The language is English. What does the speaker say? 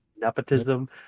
nepotism